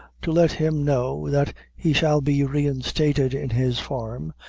to let him know that he shall be reinstated in his farm,